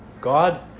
God